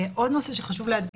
עוד נושא שחשוב להדגיש,